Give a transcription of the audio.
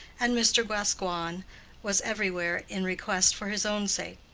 and mr. gascoigne was everywhere in request for his own sake.